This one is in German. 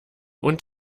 und